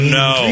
no